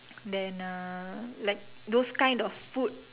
then uh like those kind of food